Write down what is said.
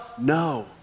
no